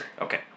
Okay